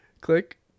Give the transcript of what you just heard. Click